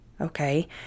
okay